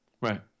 Right